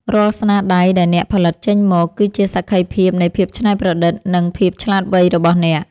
រាល់ស្នាដៃដែលអ្នកផលិតចេញមកគឺជាសក្ខីភាពនៃភាពច្នៃប្រឌិត និង ភាពឆ្លាតវៃរបស់អ្នក។